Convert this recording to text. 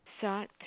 sought